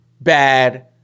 bad